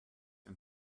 and